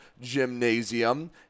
gymnasium